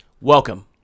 Welcome